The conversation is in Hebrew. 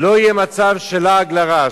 שלא יהיה מצב של לעג לרש.